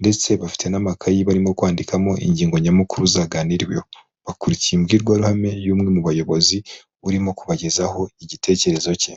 ndetse bafite n'amakayi barimo kwandikamo ingingo nyamukuru zaganiriweho, bakurikiye imbwirwaruhame y'umwe mu bayobozi urimo kubagezaho igitekerezo cye.